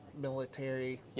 military